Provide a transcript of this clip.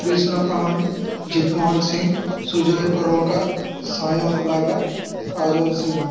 Krishna Pramanik Jit Mohan Singh Sujay Karmakar Sayan Laga Kajal Singh